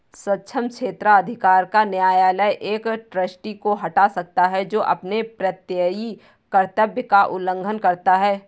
सक्षम क्षेत्राधिकार का न्यायालय एक ट्रस्टी को हटा सकता है जो अपने प्रत्ययी कर्तव्य का उल्लंघन करता है